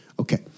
Okay